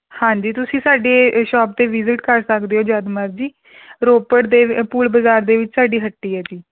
ਹਾਂਜੀ ਤੁਸੀਂ ਸਾਡੀ ਸ਼ੌਪ 'ਤੇ ਵੀਜ਼ਟ ਕਰ ਸਕਦੇ ਹੋ ਜਦ ਮਰਜ਼ੀ ਰੋਪੜ ਦੇ ਪੁੱਲ ਬਾਜ਼ਾਰ ਦੇ ਵਿੱਚ ਸਾਡੀ ਹੱਟੀ ਹੈ ਜੀ